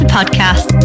podcast